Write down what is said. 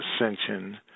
Ascension